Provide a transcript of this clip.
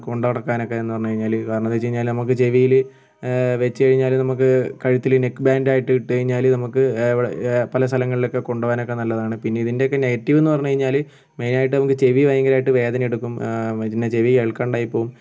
കൊണ്ട് നടക്കാനൊക്കെയെന്ന് പറഞ്ഞുകഴിഞ്ഞാൽ കാരണമെന്താന്ന് വെച്ചുകഴിഞ്ഞാൽ നമുക്ക് ചെവിയിൽ വെച്ചുകഴിഞ്ഞാൽ നമുക്ക് കഴുത്തിൽ നെക് ബാൻഡ് ആയിട്ട് ഇട്ടുകഴിഞ്ഞാൽ നമുക്ക് എവിടെ പല സ്ഥലങ്ങളിലൊക്കെ കൊണ്ടുപോവാനൊക്കെ നല്ലതാണ് പിന്നെ ഇതിൻ്റെയൊക്കെ നെഗറ്റീവെന്ന് പറഞ്ഞുകഴിഞ്ഞാൽ മെയിൻ ആയിട്ട് നമുക്ക് ചെവി ഭയങ്കരമായിട്ട് വേദന എടുക്കും പിന്നെ ചെവി കേൾക്കാണ്ടായിപ്പോവും